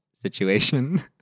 situation